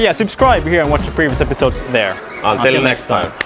yeah subscribe here and watch the previous episodes there! until next time!